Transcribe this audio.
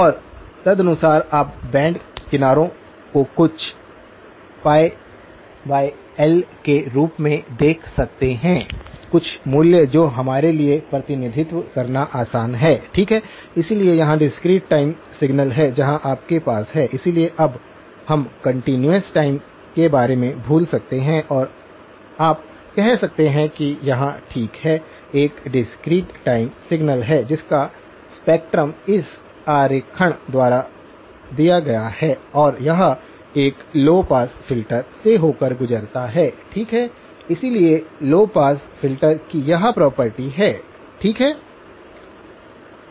और तदनुसार आप बैंड किनारों को कुछ L के रूप में देख सकते हैं कुछ मूल्य जो हमारे लिए प्रतिनिधित्व करना आसान है ठीक है इसलिए यहां डिस्क्रीट टाइम सिग्नल है जहां आपके पास है इसलिए अब हम कंटीन्यूअस टाइम के बारे में भूल सकते हैं और आप कह सकते हैं कि यहाँ ठीक है एक डिस्क्रीट टाइम सिग्नल है जिसका स्पेक्ट्रम इस आरेखण द्वारा दिया गया है और यह एक लौ पास फिल्टर से होकर गुजरता है ठीक है इसलिए लौ पास फ़िल्टर कि यह प्रॉपर्टी है ठीक है